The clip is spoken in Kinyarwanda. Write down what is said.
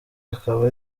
akaba